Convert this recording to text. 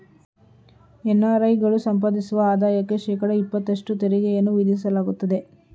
NRI ಗಳು ಸಂಪಾದಿಸುವ ಆದಾಯಕ್ಕೆ ಶೇಕಡ ಇಪತ್ತಷ್ಟು ತೆರಿಗೆಯನ್ನು ವಿಧಿಸಲಾಗುತ್ತದೆ